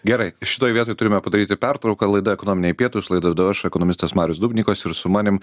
gerai šitoj vietoj turime padaryti pertrauką laida ekonominiai pietūs laidą vedu aš ekonomistas marius dubnikovas ir su manim